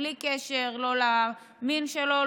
בלי קשר לא למין שלו,